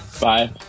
Bye